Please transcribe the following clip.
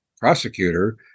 prosecutor